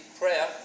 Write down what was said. prayer